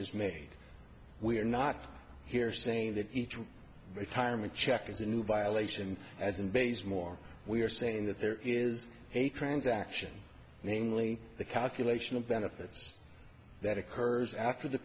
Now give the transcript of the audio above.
is made we are not here saying that each retirement check is a new violation as in base more we are saying that there is a transaction namely the calculation of benefits that occurs after the